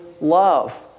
love